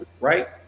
right